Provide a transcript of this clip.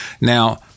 Now